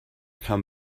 come